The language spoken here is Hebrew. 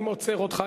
אני עוצר אותך.